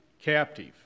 captive